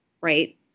Right